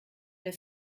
der